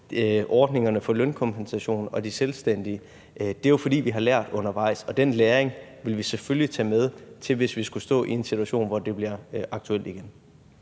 ordningerne for lønkompensation og de selvstændige; vi har nemlig lært undervejs. Og den læring vil vi selvfølgelig tage med, hvis vi skulle komme til at stå i en situation, hvor det bliver aktuelt igen.